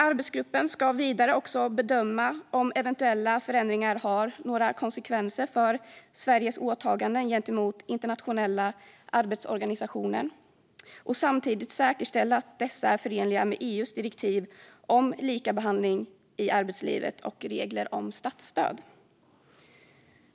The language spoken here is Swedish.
Arbetsgruppen ska vidare bedöma om eventuella förändringar har några konsekvenser för Sveriges åtaganden gentemot Internationella arbetsorganisationen och samtidigt säkerställa att de är förenliga med EU:s direktiv om likabehandling i arbetslivet och regler om statsstöd.